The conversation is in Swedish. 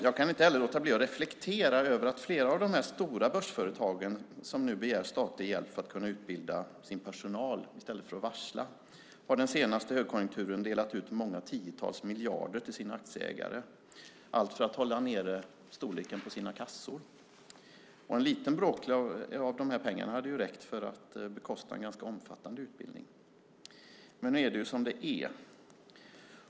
Jag kan inte heller låta bli att reflektera över att flera av de stora börsföretag som nu begär statlig hjälp för att kunna utbilda sin personal i stället för att varsla delade ut många tiotals miljarder till sina aktieägare under den senaste högkonjunkturen - allt för att hålla nere storleken på sina kassor. En bråkdel av dessa pengar hade räckt för att bekosta en ganska omfattande utbildning. Nu är det dock som det är.